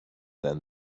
than